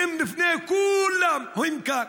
הם לפני כולם כאן.